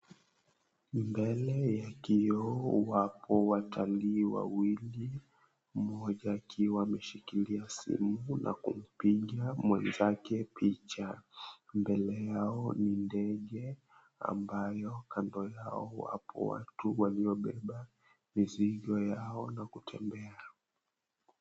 Mbele ya kioo wapo watalii wawili, mmoja akiwa ameshikilia simu na kupiga mwenzake picha. Mbele yao ni ndege ambapo kando yao wapo watu waliobeba mizigo yao na kutembea.